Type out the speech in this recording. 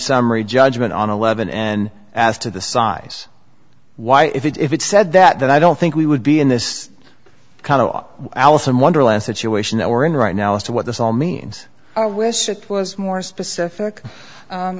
summary judgment on eleven and as to the size why if it said that then i don't think we would be in this kind of alice in wonderland situation that we're in right now as to what this all means i wish it was more specific